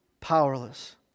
powerless